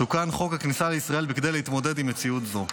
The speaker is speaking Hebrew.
תוקן חוק הכניסה לישראל כדי להתמודד עם מציאות זו.